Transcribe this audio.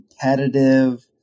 competitive